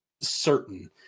certain